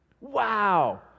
Wow